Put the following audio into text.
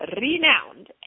renowned